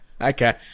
Okay